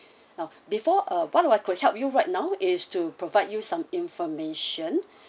ah before ah what I could help you right now it is to provide you some information